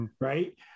right